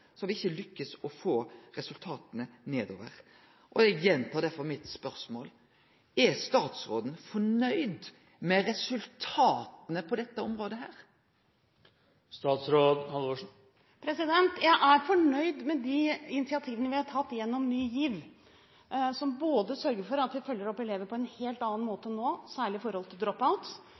å få betre resultat. Eg gjentar derfor mitt spørsmål: Er statsråden fornøgd med resultata på dette området? Jeg er fornøyd med de initiativene vi har tatt gjennom Ny GIV, som sørger for at vi følger opp elever på en helt annen måte nå, særlig når det gjelder drop-outs. For et par år siden var det 10 000 ungdommer i